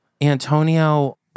Antonio